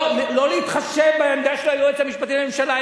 לא להתחשב בעמדה של היועץ המשפטי לממשלה,